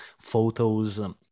Photos